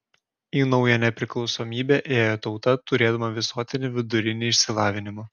į naują nepriklausomybę ėjo tauta turėdama visuotinį vidurinį išsilavinimą